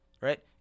right